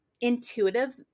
intuitive